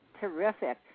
Terrific